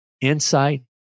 insight